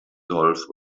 golf